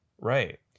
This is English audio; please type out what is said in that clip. Right